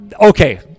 okay